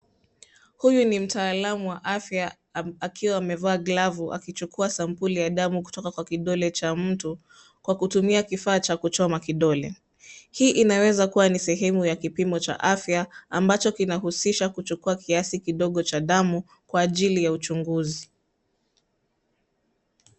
Huyu ni mtaalamu wa afya akiwa amevaa glavu akichukua sampuli ya damu kutoka kwa kidole cha mtu kwa kutumia kifaa cha kuchoma kidole. Hii inaweza kuwa sehemu ya kipimo cha afya ambacho kinahusisha kuchukua kiasi kidogo cha damu kwa ajili ya uchunguzi.